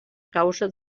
causa